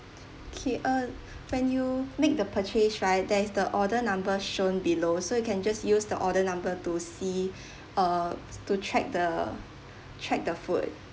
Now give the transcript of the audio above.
okay uh when you make the purchase right there is the order number shown below so you can just use the order number to see or to check the check the food